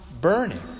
burning